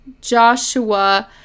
Joshua